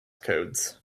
codes